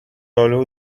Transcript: آلو